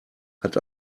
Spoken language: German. hat